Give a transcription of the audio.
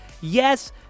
yes